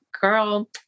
girl